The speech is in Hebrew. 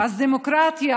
אז דמוקרטיה,